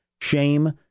shame